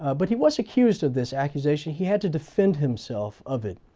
but he was accused of this accusation. he had to defend himself of it.